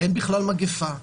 אין בכלל מגיפה?